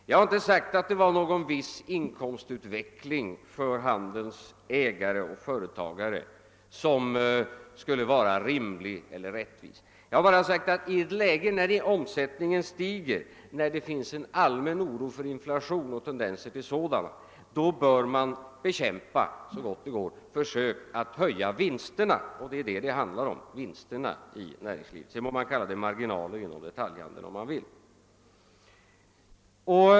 Jag har inte sagt att det är någon viss inkomstutveckling för handelns ägare som skulle vara rimlig eller rättvis. Jag har bara sagt att i ett läge när omsättningen stiger och det finns en allmän oro för och tendenser till inflation, då bör man så gott det går bekämpa försök att höja vinsterna. Vad det handlar om är alltså vinsterna i näringslivet, sedan må man kalla det marginaler inom detaljhandeln eller någonting annat.